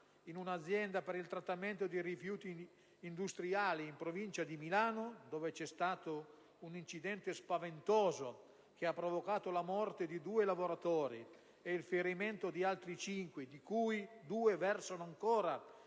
in un'azienda per il trattamento dei rifiuti industriali in provincia di Milano dove c'è stato un incidente spaventoso che ha provocato la morte di due lavoratori e il ferimento di altri cinque, di cui due versano ancora